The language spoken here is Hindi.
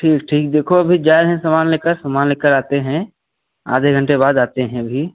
ठीक ठीक देखो अभी जा रहे हैं सामान लेकर सामान लेकर आते हैं आधे घंटे बाद आते हैं अभी